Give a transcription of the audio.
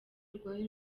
rwari